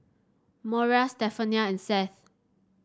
Moriah Stephania and Seth